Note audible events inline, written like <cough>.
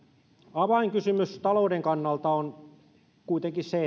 avainkysymys talouden kannalta on kuitenkin se <unintelligible>